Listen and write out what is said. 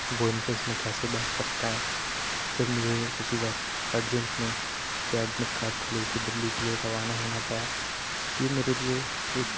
تو وہ انٹرنس میں کیسے بیٹھ سکتا ہے پھر مجھے اُسی وقت ارجینٹ میں اُس کے ایڈمٹ کارڈ کو لے کے دلّی کے لیے روانہ ہونا پڑا یہ میرے لیے ایک